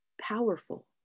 powerful